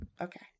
Okay